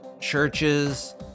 churches